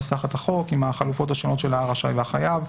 עם נסחת החוק עם החלופות השונות של הרשאי והחייב,